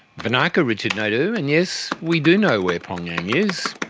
vinaka, richard naidu, and yes, we do know where pyongyang is.